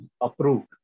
approved